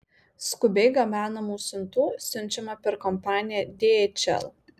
skubiai gabenamų siuntų siunčiama per kompaniją dhl